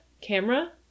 camera